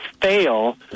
fail